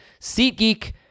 SeatGeek